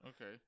Okay